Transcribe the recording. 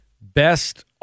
Best